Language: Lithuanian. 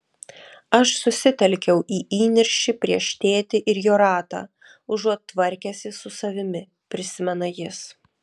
aš susitelkiau į įniršį prieš tėtį ir jo ratą užuot tvarkęsis su savimi prisimena jis